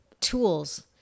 tools